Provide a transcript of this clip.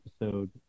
episode